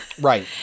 Right